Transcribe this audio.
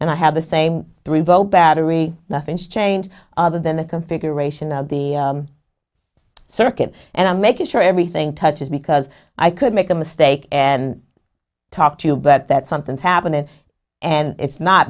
and i have the same three vote battery the fringe change other than the configuration of the circuit and i'm making sure everything touches because i could make a mistake and talk to you but that something's happening and it's not